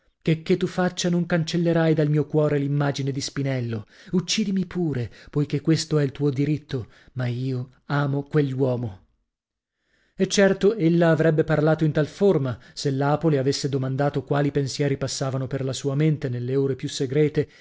ami checchè tu faccia non cancellerai dal mio cuore l'immagine di spinello uccidimi pure poichè questo è il tuo diritto ma io amo quell'uomo e certo ella avrebbe parlato in tal forma se lapo le avesse domandato quali pensieri passavano per la sua mente nelle ore più segrete